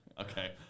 okay